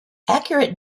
accurate